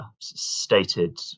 stated